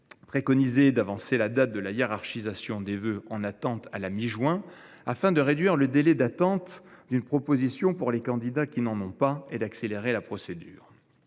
préconisé d’avancer la période de hiérarchisation des vœux en attente à la mi juin, afin de réduire le délai d’attente des propositions pour les candidats qui n’en ont pas et d’accélérer la procédure.